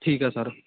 ਠੀਕ ਆ ਸਰ